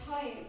time